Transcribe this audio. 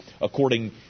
according